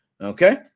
okay